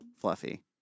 Fluffy